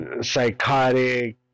psychotic